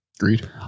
Agreed